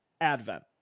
Advent